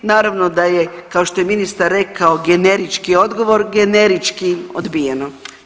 Naravno da je kao što je ministar rekao generički odgovor generički odbijeno.